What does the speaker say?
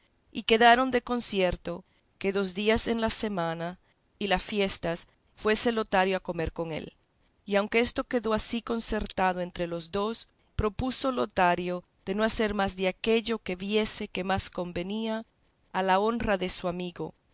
y quedaron de concierto que dos días en la semana y las fiestas fuese lotario a comer con él y aunque esto quedó así concertado entre los dos propuso lotario de no hacer más de aquello que viese que más convenía a la honra de su amigo